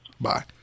bye